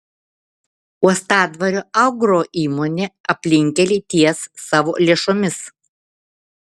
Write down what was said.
uostadvario agroįmonė aplinkkelį ties savo lėšomis